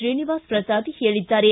ಶ್ರೀನಿವಾಸ್ ಪ್ರಸಾದ್ ಹೇಳಿದ್ದಾರೆ